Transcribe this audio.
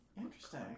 interesting